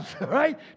right